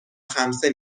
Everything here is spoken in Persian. خمسه